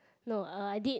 no uh I did